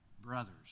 brothers